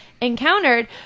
encountered